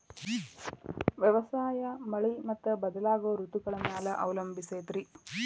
ವ್ಯವಸಾಯ ಮಳಿ ಮತ್ತು ಬದಲಾಗೋ ಋತುಗಳ ಮ್ಯಾಲೆ ಅವಲಂಬಿಸೈತ್ರಿ